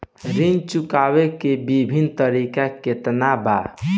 ऋण चुकावे के विभिन्न तरीका केतना बा?